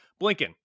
Blinken